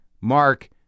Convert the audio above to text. Mark